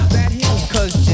Cause